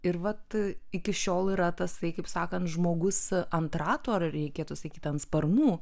ir vat iki šiol yra tasai kaip sakant žmogus ant ratų ar reikėtų sakyti ant sparnų